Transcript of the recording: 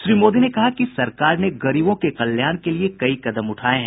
श्री मोदी ने कहा कि सरकार ने गरीबों के कल्याण के लिए कई कदम उठाये हैं